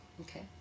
Okay